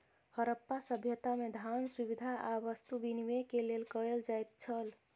हरप्पा सभ्यता में, धान, सुविधा आ वस्तु विनिमय के लेल कयल जाइत छल